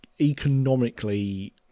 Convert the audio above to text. economically